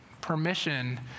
permission